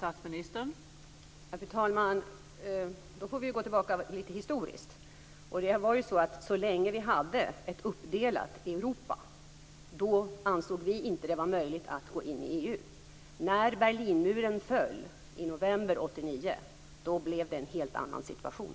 Fru talman! Då får vi gå tillbaka lite i historien. Det var ju så att så länge vi hade ett uppdelat Europa ansåg vi inte att det var möjligt att gå in i EU. När Berlinmuren föll i november 1989 blev det en helt annan situation.